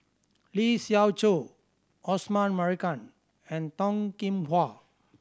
Lee Siew Choh Osman Merican and Toh Kim Hwa